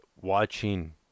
Watching